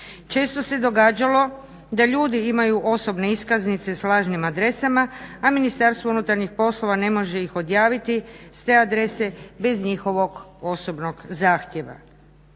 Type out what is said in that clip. Često se događalo da ljudi imaju osobne iskaznice s lažnim adresama, a Ministarstvo unutarnjih poslova ne može ih odjaviti s te adrese bez njihovog osobnog zahtjeva.